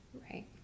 Right